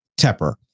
Tepper